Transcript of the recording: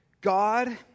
God